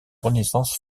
renaissance